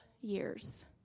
years